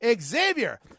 xavier